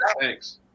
Thanks